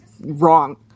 wrong